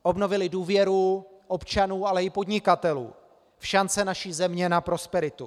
Obnovili důvěru občanů, ale i podnikatelů v šance naší země na prosperitu.